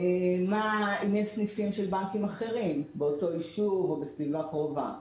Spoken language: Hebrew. אם יש סניפים של בנקים אחרים באותו יישוב או בסביבה קרובה,